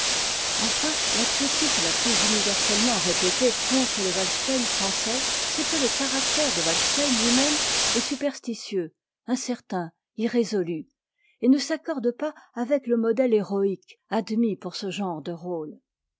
enfin la critique la plus universellement répétée contre le walstein français c'est que le caractère de walstein tui meme est superstitieux incertain irrésolu et ne s'accorde pas avec le modèle héroïque admis pour ce genre de rôle